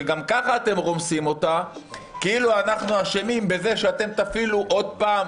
שגם ככה אתם רומסים אותה כאילו אנחנו אשמים בזה שאתם תפעילו עוד פעם,